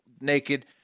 naked